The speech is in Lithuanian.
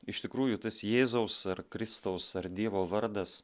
iš tikrųjų tas jėzaus ar kristaus ar dievo vardas